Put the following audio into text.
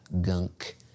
gunk